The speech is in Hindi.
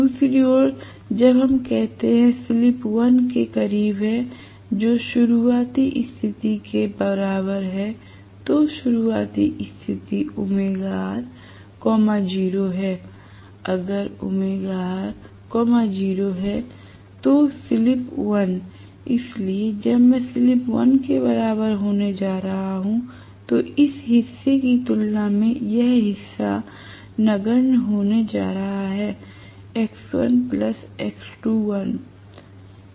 दूसरी ओर जब हम कहते हैं स्लिप 1 के करीब है जो शुरुआती स्थिति के बराबर है तो शुरुआती स्थिति 0 है अगर 0 है तो स्लिप 1 इसलिए जब मैं स्लिप 1 के बराबर होने जा रहा हूं तो इस हिस्से कि तुलना में यह पूरा हिस्सा नगण्य होने जा रहा है